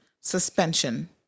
suspension